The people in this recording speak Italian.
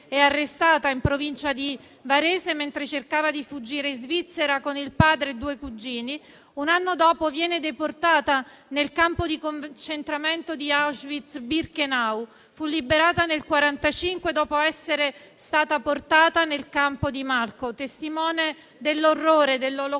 è arrestata in provincia di Varese mentre cerca di fuggire in Svizzera con il padre e due cugini. Un anno dopo viene deportata nel campo di concentramento di Auschwitz-Birkenau; fu liberata nel 1945, dopo essere stata portata nel campo di Malchow. Testimone dell'orrore dell'Olocausto,